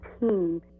team